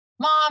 Mom